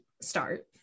start